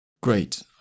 great